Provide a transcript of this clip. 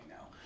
now